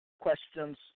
questions